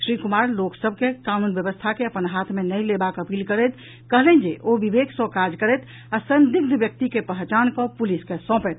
श्री कुमार लोक सभ के कानून व्यवस्था के अपन हाथ मे नहि लेबाक अपील करैत कहलनि जे ओ विवेक सँ काज करथि आ संदिग्ध व्यक्ति के पहचान कऽ पुलिस के सौंपथि